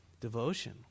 Devotion